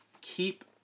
keep